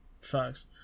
Facts